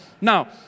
Now